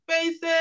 faces